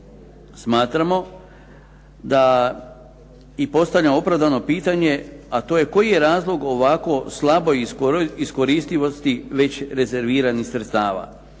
Smatramo da i postavljamo opravdano pitanje, a to je koji je razlog ovako slaboj iskoristivosti već rezerviranih sredstava?